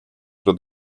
pro